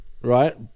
right